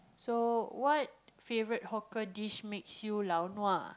so what favourite hawker dish makes you laonua